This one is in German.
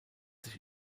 sich